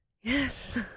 yes